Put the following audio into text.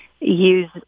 use